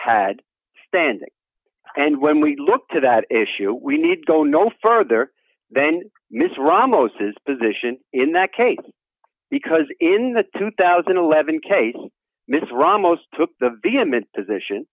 had standing and when we look to that issue we need go no further than miss ramos's position in that case because in the two thousand and eleven case miss ramos took the vehement position